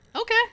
Okay